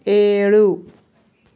ఏడు